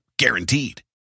guaranteed